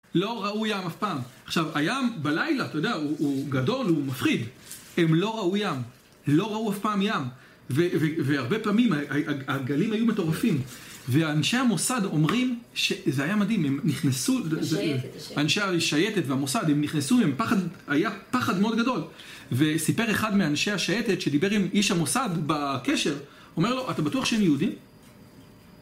לא ראו ים אף פעם. עכשיו, הים בלילה, אתה יודע, הוא גדול, הוא מפחיד. הם לא ראו ים. לא ראו אף פעם ים. והרבה פעמים הגלים היו מטורפים. ואנשי המוסד אומרים, זה היה מדהים, הם נכנסו... השייטת, השייטת. האנשי השייטת והמוסד, הם נכנסו, היה פחד מאוד גדול. וסיפר אחד מאנשי השייטת, שדיבר עם איש המוסד בקשר, אומר לו, אתה בטוח שהם יהודים?